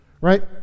Right